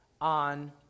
on